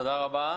תודה רבה.